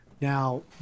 Now